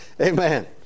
Amen